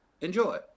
enjoy